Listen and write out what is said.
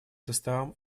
составом